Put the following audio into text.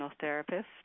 therapist